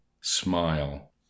smile